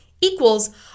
equals